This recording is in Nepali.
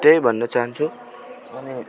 त्यही भन्नु चाहन्छु अनि